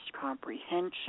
comprehension